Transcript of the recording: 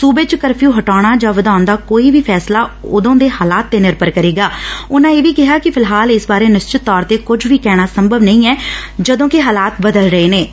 ਸੁਬੇ ਚ ਕਰਫਿਊ ਹਟਾਉਣ ਜਾ ਵਧਾਉਣ ਦਾ ਕੋਈ ਵੀ ਫੈਸਲਾ ਉਦੋ ਦੇ ਹਾਲਾਤ ਤੇ ਨਿਰਭਰ ਕਰੇਗਾ ਉਨ੍ਹਾ ਇਹ ਵੀ ਕਿਹਾ ਕਿ ਫਿਲਹਾਲ ਇਸ ਬਾਰੇ ਨਿਸ਼ਚਿਤ ਤੌਰ ਤੇ ਕੁਝ ਵੀ ਕਹਿਣਾ ਸੰਭਵ ਨਹੀਂ ਐ ਜਦੋਂ ਕਿ ਹਾਲਾਤ ਬਦਲ ਰਹੇ ਨੇਂ